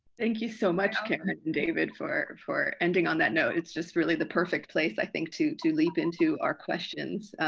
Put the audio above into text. thank you so much karen and david for for ending on that note. it's just really the perfect place i think to to leap into our questions.